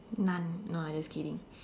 none no I just kidding